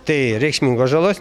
tai reikšmingos žalos